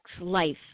life